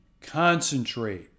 concentrate